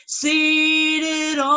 seated